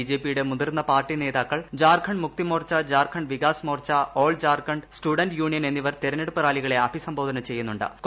ബിജെപിയുടെ മുതിർന്ന പാർട്ടി നേതാക്കൾ Jharkhand Mukti Morcha Jharkhand Vikas Morcha all Jharkhand students union എന്നിവർ തിരഞ്ഞെടുപ്പ് റാലികളെ അഭിസംബോധന ചെയുന്നു്